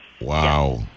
Wow